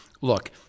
look—